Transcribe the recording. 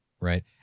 Right